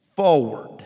Forward